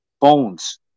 bones